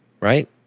right